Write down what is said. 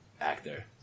actor